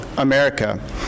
America